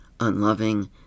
unloving